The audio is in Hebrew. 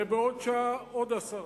ובעוד שעה עוד עשרה.